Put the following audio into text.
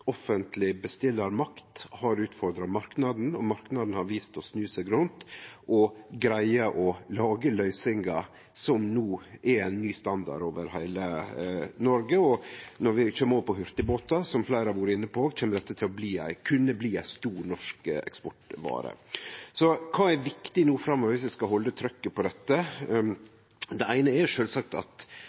offentleg bestillarmakt har utfordra marknaden, og marknaden har visst å snu seg rundt og greie å lage løysingar som no er ny standard over heile Noreg. Når vi kjem over på hurtigbåtar, som fleire har vore inne på, kjem dette til å kunne bli ei stor norsk eksportvare. Så kva er viktig no framover viss vi skal halde trykket på dette? Det eine er sjølvsagt at